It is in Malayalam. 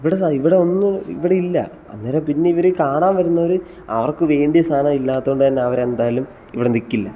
ഇവിടെ ഇവിടെ ഒന്നു ഇവിടെയില്ല അന്നേരം പിന്നെ ഇവർ കാണാൻ വരുന്നവർ അവർക്ക് വേണ്ടിയ സാധനം ഇല്ലാത്തത് കൊണ്ട് തന്നെ അവരെന്തായാലും ഇവിടെ നിൽക്കില്ല